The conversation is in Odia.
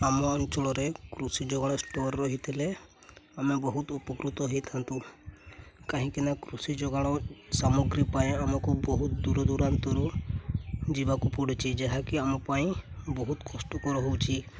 ଆମ ଅଞ୍ଚଳରେ କୃଷି ଯୋଗାଣ ଷ୍ଟୋର୍ ରହିଥିଲେ ଆମେ ବହୁତ ଉପକୃତ ହେଇଥାନ୍ତୁ କାହିଁକି ନା କୃଷି ଯୋଗାଣ ସାମଗ୍ରୀ ପାଇଁ ଆମକୁ ବହୁତ ଦୂର ଦୂରାନ୍ତରୁ ଯିବାକୁ ପଡ଼ୁଛି ଯାହାକି ଆମ ପାଇଁ ବହୁତ କଷ୍ଟକର ହେଉଛି